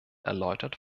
erläutert